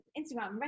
instagram